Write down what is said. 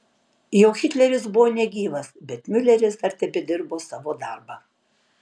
jau hitleris buvo negyvas bet miuleris dar tebedirbo savo darbą